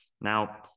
Now